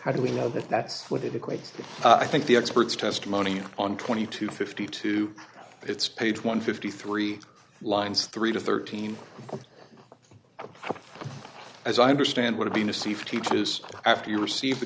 how do we know that that's what it equates to i think the experts testimony on twenty two fifty two it's page one fifty three lines three to thirteen as i understand what a being received teaches after you receive the